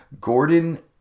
Gordon